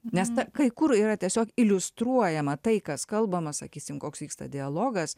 nes kai kur yra tiesiog iliustruojama tai kas kalbama sakysim koks vyksta dialogas